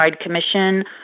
commission